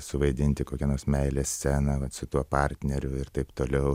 suvaidinti kokią nors meilės sceną vat su tuo partneriu ir taip toliau